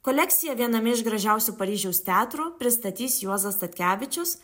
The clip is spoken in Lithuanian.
kolekciją viename iš gražiausių paryžiaus teatrų pristatys juozas statkevičius